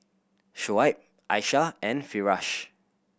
Shoaib Aisyah and Firash